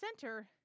center